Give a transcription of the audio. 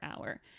hour